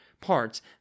parts